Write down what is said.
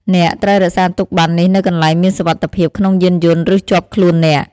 អ្នកត្រូវរក្សាទុកប័ណ្ណនេះនៅកន្លែងមានសុវត្ថិភាពក្នុងយានយន្ត ឬជាប់ខ្លួនអ្នក។